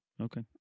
Okay